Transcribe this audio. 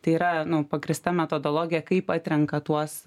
tai yra nu pagrįsta metodologija kaip atrenka tuos